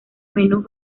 menús